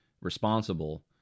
responsible